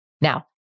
Now